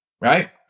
Right